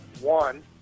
one